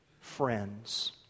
friends